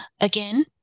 again